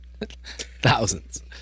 Thousands